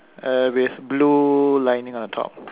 uh with blue lining on top